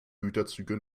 güterzüge